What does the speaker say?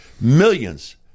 Millions